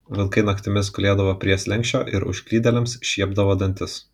vilkai naktimis gulėdavo prie slenksčio ir užklydėliams šiepdavo dantis